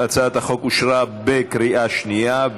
הצעת החוק אושרה בקריאה שנייה.